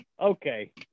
Okay